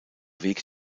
weg